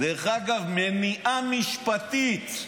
מניעה משפטית,